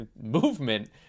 movement